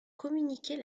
communiquer